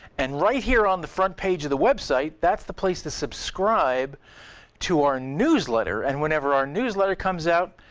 and right here on the front page of the website, that's the place to subscribe to our newsletter, and whenever our newsletter comes out,